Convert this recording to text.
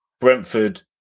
Brentford